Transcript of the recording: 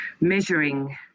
measuring